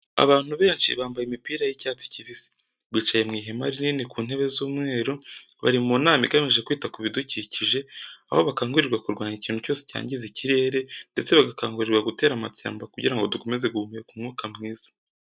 Abantu benshi bambaye imipira y'icyatsi kibisi, bicaye mu ihema rinini ku ntebe z'umweru. Bari mu nama igamije kwita ku bidukikije, aho bakangurirwa kurwanya ikintu cyose cyangiza ikirere ndetse bagakangurirwa gutera amashyamba kugira ngo dukomeze guhumeka umwuka mwiza.